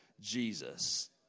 Jesus